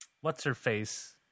what's-her-face